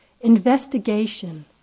Investigation